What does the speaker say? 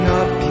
up